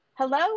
Hello